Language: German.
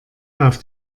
auf